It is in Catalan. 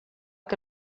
que